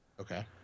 Okay